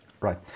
right